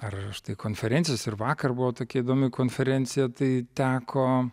ar štai konferencijos ir vakar buvo tokia įdomi konferencija tai teko